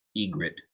Egret